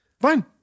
Fine